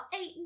eight